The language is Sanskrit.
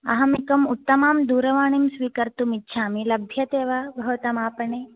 अहम् एकम् उत्तमां दूरवाणीं स्वीकर्तुम् इच्छामि लभ्यते वा भवतामापणे